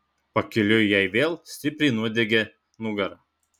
pakeliui jai vėl stipriai nudiegė nugarą